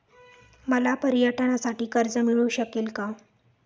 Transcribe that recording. मला पर्यटनासाठी कर्ज मिळू शकेल का?